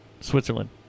Switzerland